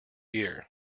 year